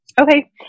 Okay